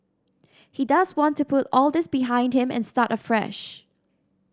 he does want to put all this behind him and start afresh